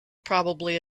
probably